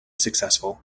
successful